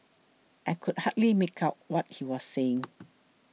I could hardly make out what he was saying